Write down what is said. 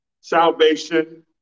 Salvation